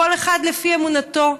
כל אחד לפי אמונתו.